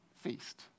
feast